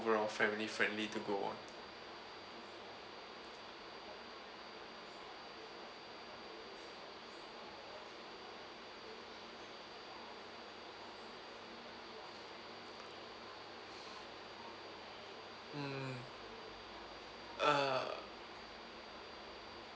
overall family friendly to go on mm uh